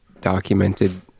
documented